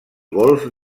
golf